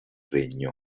regno